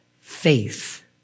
faith